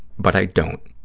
but i don't,